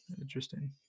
interesting